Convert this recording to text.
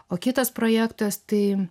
o kitas projektas tai